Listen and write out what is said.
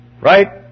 Right